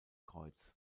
kreuz